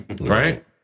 right